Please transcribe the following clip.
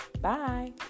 Bye